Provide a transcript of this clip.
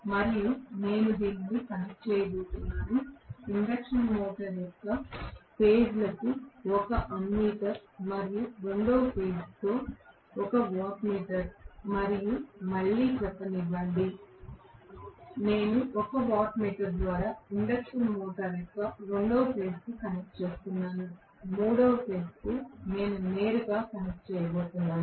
ఇప్పుడు నేను దీనిని కనెక్ట్ చేయబోతున్నాను ఇండక్షన్ మోటారు యొక్క ఫేజ్ లకు ఒక అమ్మీటర్ మరియు రెండవ ఫేజ్ తో ఒక వాట్ మీటర్ మరియు మళ్ళీ చెప్పనివ్వండి నేను ఒక వాట్ మీటర్ ద్వారా ఇండక్షన్ మోటారు యొక్క రెండవ ఫేజ్ కు కనెక్ట్ చేస్తున్నాను మూడవ ఫేజ్ నేను నేరుగా కనెక్ట్ చేయబోతున్నాను